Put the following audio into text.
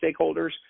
stakeholders